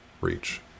reach